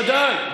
בוודאי.